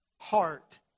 heart